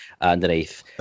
underneath